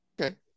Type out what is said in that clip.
Okay